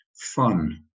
fun